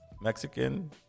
Mexican